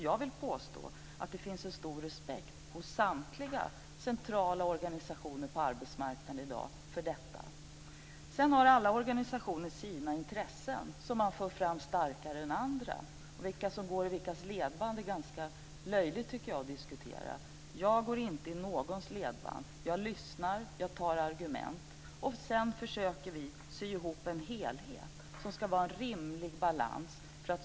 Jag vill påstå att det finns en stor respekt hos samtliga centrala organisationer på arbetsmarknaden i dag för detta. Alla organisationer har sina intressen som de för fram starkare än andras. Jag tycker att det är ganska löjligt att diskutera vilka som går i vilkas ledband. Jag går inte i någons ledband. Jag lyssnar och tar argument, och sedan försöker vi sy ihop en helhet som ska ha en rimlig balans.